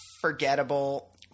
forgettable